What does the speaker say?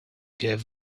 gave